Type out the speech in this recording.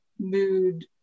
mood